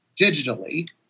digitally